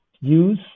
use